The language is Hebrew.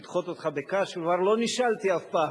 לדחות אותך בקש: לא נשאלתי אף פעם.